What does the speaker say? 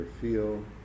feel